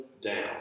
down